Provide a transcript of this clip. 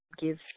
give